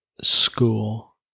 school